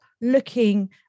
looking